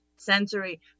sensory